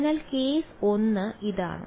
അതിനാൽ കേസ് 1 ഇതാണ്